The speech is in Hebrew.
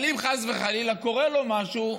אבל אם חס וחלילה קורה לו משהו,